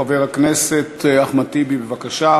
חבר הכנסת אחמד טיבי, בבקשה.